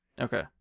Okay